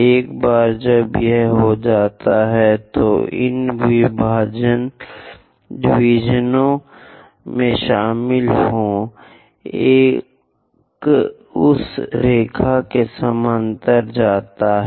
एक बार जब यह हो जाता है तो इन डिवीजनों में शामिल हों एक उस रेखा के समानांतर जाता है